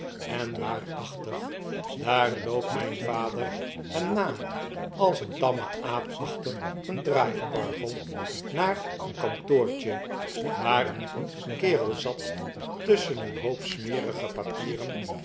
en waarachtig daar loopt mijn vader hem na als eentamme aap achter een draaiorgel naar een kantoortje waar een kerel zat tusschen een hoop smerige papieren